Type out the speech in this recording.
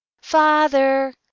father